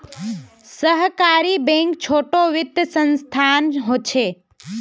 सहकारी बैंक छोटो वित्तिय संसथान होछे